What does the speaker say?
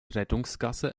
rettungsgasse